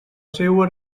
seua